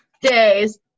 days